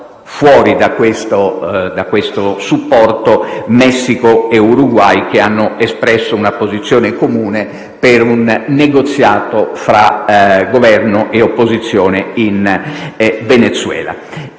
fuori da questo supporto Messico e Uruguay, che hanno espresso una posizione comune per un negoziato fra Governo e opposizione in Venezuela.